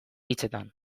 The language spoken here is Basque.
hitzetan